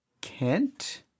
Kent